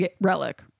Relic